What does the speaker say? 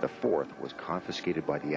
the fourth was confiscated by the